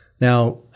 Now